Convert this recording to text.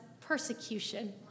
persecution